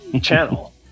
channel